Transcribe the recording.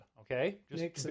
okay